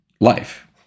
life